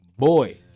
Boy